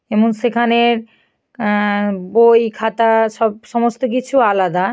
এবং সেখানের বই খাতা সব সমস্ত কিছু আলাদা